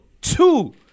two